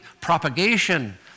propagation